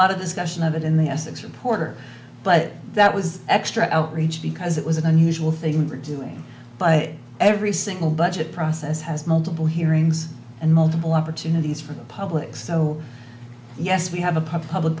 lot of discussion of it in the essex reporter but that was extra outreach because it was an unusual thing for doing but every single budget process has multiple hearings and multiple opportunities for the public so yes we have a public